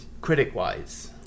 critic-wise